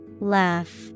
Laugh